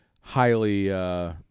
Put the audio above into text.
highly